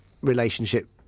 relationship